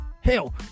Hell